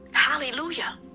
Hallelujah